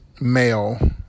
male